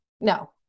no